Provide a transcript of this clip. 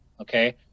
Okay